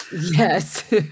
yes